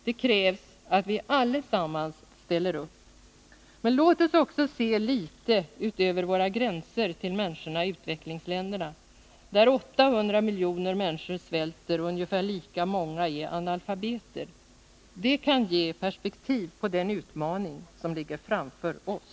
Det krävs att vi allesammans ställer upp. Men låt oss också se litet utöver våra gränser, till människorna i utvecklingsländerna, där 800 miljoner svälter och ungefär lika många är analfabeter. Det kan ge perspektiv på den utmaning som ligger framför OSS.